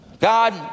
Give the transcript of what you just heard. god